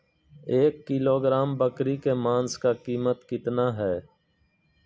एक किलोग्राम बकरी के मांस का कीमत कितना है?